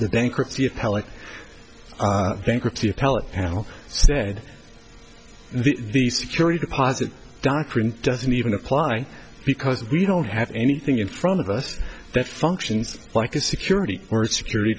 the bankruptcy appellate bankruptcy appellate panel said the security deposit doctrine doesn't even apply because we don't have anything in front of us that functions like a security or a security